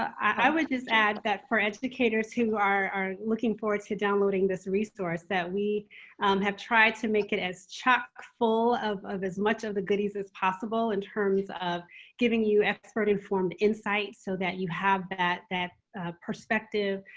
i would just add that for educators who are looking forward to downloading this resource, that we have tried to make it as chock-full of of as much of the goodies as possible in terms of giving you expert-informed insight so you have that that perspective,